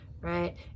right